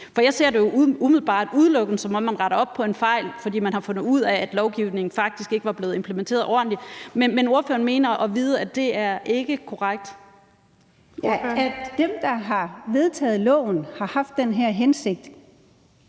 For jeg ser det jo umiddelbart udelukkende, som om man retter op på en fejl, fordi man har fundet ud af, at lovgivningen faktisk ikke var blevet implementeret ordentligt. Men ordføreren mener at vide, at det ikke er korrekt? Kl. 15:15 Den fg. formand (Birgitte